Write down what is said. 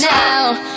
now